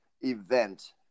event